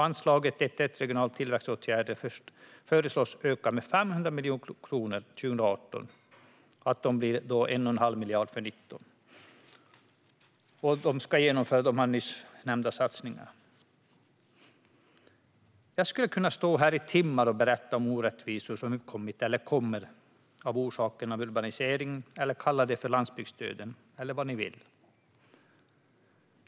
Anslaget 1:1 Regionala tillväxtåtgärder föreslås öka med 500 miljoner kronor 2018 och med 1 500 miljoner 2019 för att man ska kunna genomföra de nyss nämnda satsningarna. Jag skulle kunna stå här i timmar och berätta om orättvisor som har uppkommit eller kommer att uppkomma på grund av urbanisering - eller kalla det för landsbygdsdöd eller vad ni vill.